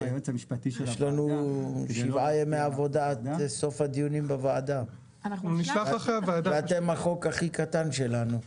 יש לנו שבעה ימי עבודה עד סוף הדיונים בוועדה ואתם החוק הכי קטן שלנו.